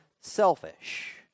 selfish